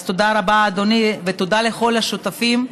אז, תודה רבה, אדוני, ותודה לכל השותפים.